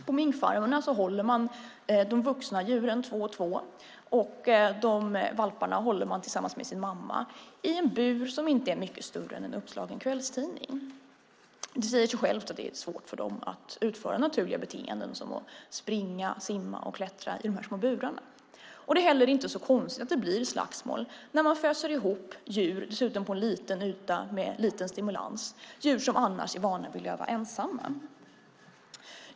På minkfarmerna hålls de vuxna djuren två och två, och valparna hålls tillsammans med sin mamma i en bur som inte är mycket större än en uppslagen tidning. Det säger sig självt att det är svårt för dem att utföra naturliga beteenden som att springa, simma och klättra i dessa små burar. Det är heller inte så konstigt att det blir slagsmål när man föser ihop djur, dessutom på liten yta och med liten stimulans, som annars är vana att leva ensamma.